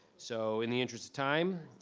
so in the interest of time,